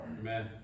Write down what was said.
Amen